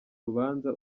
urubanza